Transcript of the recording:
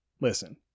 listen